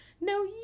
no